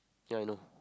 ya I know